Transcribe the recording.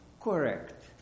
correct